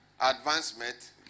advancement